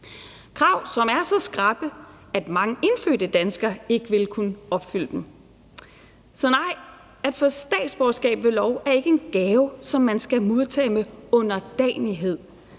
krav, som er så skrappe, at mange indfødte danskere ikke ville kunne opfylde dem. Så nej, det at få statsborgerskab ved lov er ikke en gave, som man skal modtage med underdanighed,